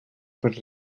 per